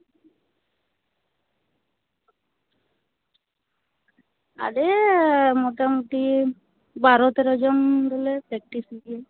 ᱟᱞᱮ ᱢᱚᱴᱟᱩᱴᱤ ᱵᱟᱨᱚᱼᱛᱮᱨᱚ ᱡᱚᱱ ᱫᱚᱞᱮ ᱯᱮᱠᱴᱤᱥ ᱜᱮᱭᱟ